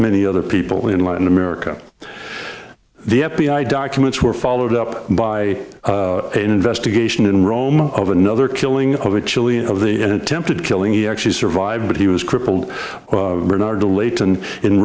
many other people in latin america the f b i documents were followed up by an investigation in rome of another killing of a chilean of the attempted killing he actually survived but he was crippled renard to late and in